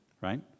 right